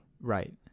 Right